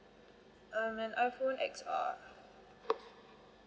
um my iphone X R